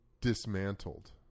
dismantled